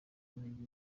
murenge